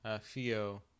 Fio